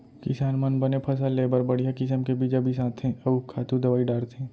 किसान मन बने फसल लेय बर बड़िहा किसम के बीजा बिसाथें अउ खातू दवई डारथें